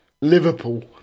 Liverpool